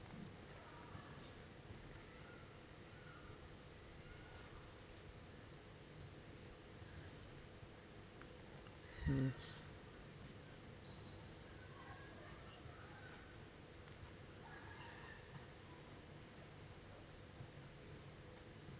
mm